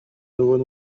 nouveau